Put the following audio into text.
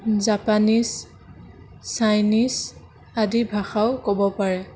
Japanese Chinese আদি ভাষাও ক'ব পাৰে